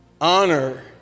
Honor